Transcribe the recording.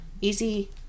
Easy